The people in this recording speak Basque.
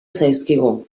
zaizkigu